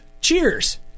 cheers